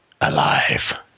alive